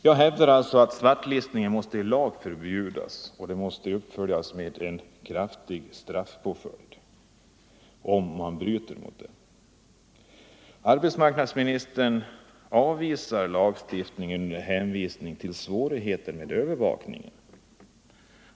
Jag hävdar alltså att svartlistningen måste i lag förbjudas, och det måste uppföljas med en kraftig straffpåföljd om man bryter mot lagen. Arbetsmarknadsministern avvisar lagstiftning under hänvisning till svårigheten med övervakningen.